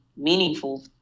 meaningful